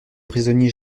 prisonniers